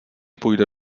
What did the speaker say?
půjde